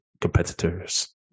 competitors